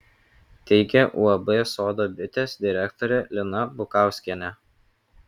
teigia uab sodo bitės direktorė lina bukauskienė